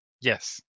Yes